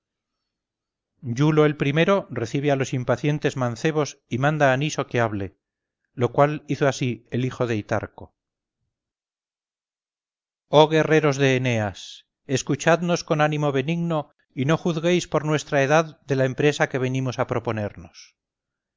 escucharlo iulo el primero recibe a los impacientes mancebos y manda a niso que hable lo cual hizo así el hijo de hitarco oh guerreros de eneas escuchadnos con ánimo benigno y no juzguéis por nuestra edad de la empresa que venimos a proponeros